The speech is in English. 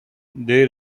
they